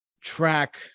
track